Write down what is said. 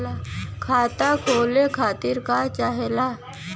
खाता खोले खातीर का चाहे ला?